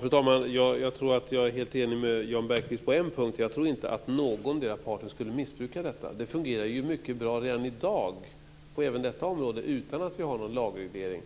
Fru talman! Jag tror att jag är helt enig med Jan Bergqvist på en punkt. Jag tror nämligen inte att någon part skulle missbruka detta. Det fungerar ju mycket bra redan i dag på även detta område utan att vi har någon lagreglering.